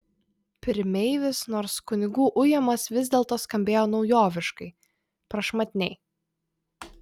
pirmeivis nors kunigų ujamas vis dėlto skambėjo naujoviškai prašmatniai